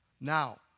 Now